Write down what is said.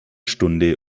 stunde